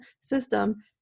system